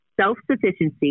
self-sufficiency